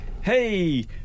hey